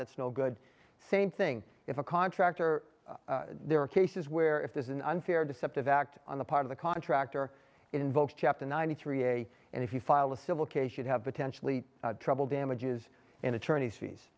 that's no good same thing if a contractor there are cases where if there's an unfair deceptive act on the part of the contractor it invokes chapter ninety three a and if you file a civil case you have potentially trouble damages in attorney's fees